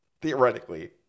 theoretically